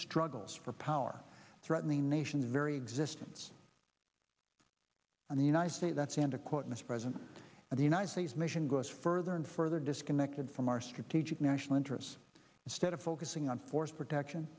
struggles for power threatening nations very existence and the united states that's and to quote mr president and the united states mission goes further and further disconnected from our strategic national interests instead of focusing on force protection